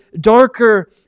darker